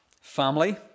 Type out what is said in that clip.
Family